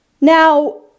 Now